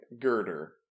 girder